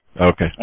Okay